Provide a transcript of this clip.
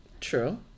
True